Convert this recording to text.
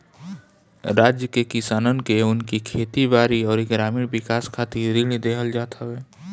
राज्य के किसानन के उनकी खेती बारी अउरी ग्रामीण विकास खातिर ऋण देहल जात हवे